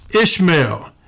Ishmael